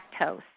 lactose